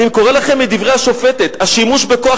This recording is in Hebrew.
אני קורא לכם מדברי השופטת: "השימוש בכוח